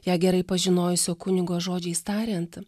ją gerai pažinojusio kunigo žodžiais tariant